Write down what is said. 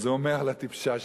אז הוא אומר לה: טיפשה שכמותך,